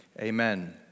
Amen